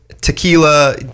tequila